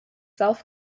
self